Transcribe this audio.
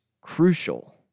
crucial